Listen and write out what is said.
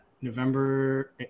November